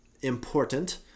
important